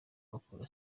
bakora